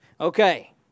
Okay